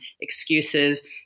excuses